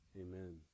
Amen